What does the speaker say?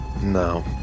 No